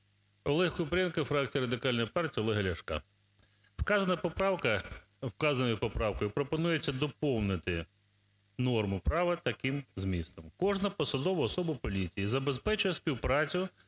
ОлегКупрієнко, фракція Радикальної партії Олега Ляшка. Вказана поправка... вказаною поправкою пропонується доповнити норму права таким змістом: "Кожна посадова особа поліції забезпечує співпрацю